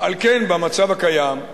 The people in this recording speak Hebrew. על כן, במצב הקיים,